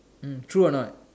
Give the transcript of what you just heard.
mm true or not